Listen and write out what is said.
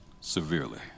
severely